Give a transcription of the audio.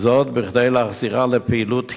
כדי להחזירה לפעילות תקינה,